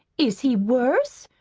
is he worse?